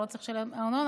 הוא לא צריך לשלם ארנונה,